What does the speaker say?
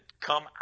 come